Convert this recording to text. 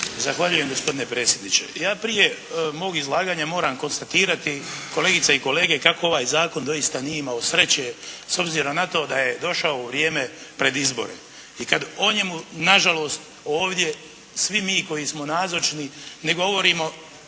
Zahvaljujem gospodine predsjedniče. Ja prije mog izlaganja moram konstatirati kolegice i kolege kako ovaj zakon doista nije imao sreće s obzirom na to da je došao u vrijeme pred izbore. I kad o njemu nažalost ovdje svi mi koji smo nazočni ne govorimo